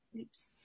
Oops